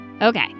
Okay